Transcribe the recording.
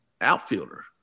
outfielder